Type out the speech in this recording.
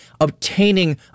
obtaining